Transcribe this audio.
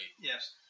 Yes